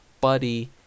buddy